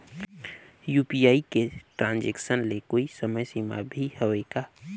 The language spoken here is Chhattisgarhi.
यू.पी.आई के ट्रांजेक्शन ले कोई समय सीमा भी हवे का?